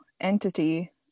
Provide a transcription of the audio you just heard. entity